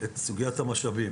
את סוגיית המשאבים